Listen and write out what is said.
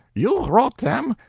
you wrote them!